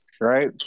Right